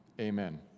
amen